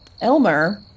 Elmer